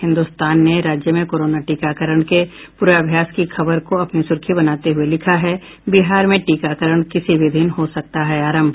हिन्दुस्तान ने राज्य में कोरोना टीकाकरण के पूर्वाभ्यास की खबर को अपनी सुर्खी बनाते हुये लिखा है बिहार में टीकाकरण किसी भी दिन हो सकता है आरंभ